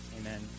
amen